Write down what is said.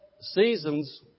seasons